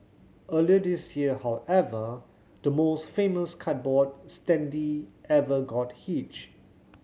earlier this year however the most famous cardboard standee ever got hitched